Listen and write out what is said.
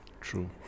True